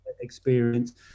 experience